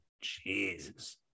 Jesus